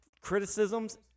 criticisms